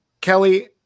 Kelly